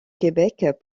québec